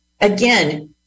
again